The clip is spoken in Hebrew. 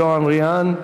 ג'ואן ריאן.